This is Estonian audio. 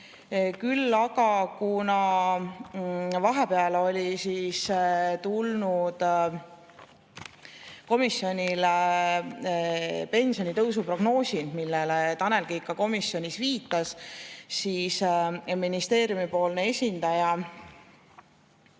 Küll aga, kuna vahepeal olid saabunud komisjoni pensionitõusu prognoosid, millele Tanel Kiik ka komisjonis viitas, siis ministeeriumi esindaja